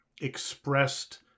expressed